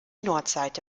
nordseite